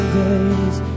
days